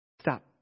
Stop